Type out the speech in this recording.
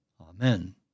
Amen